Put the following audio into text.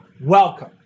welcome